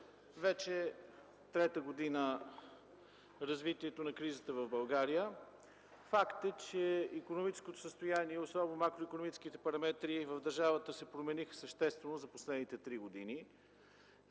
вече трета година развитие на кризата в България. Факт е, че икономическото състояние и особено макроикономическите параметри в държавата се промениха съществено за последните три години.